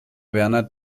werner